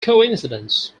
coincidence